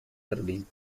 berlín